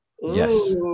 yes